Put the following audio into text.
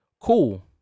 Cool